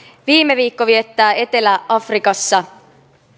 viime viikko viettää etelä afrikassa